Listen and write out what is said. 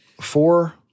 four